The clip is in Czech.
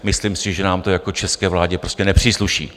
Myslím si, že nám to jako české vládě prostě nepřísluší.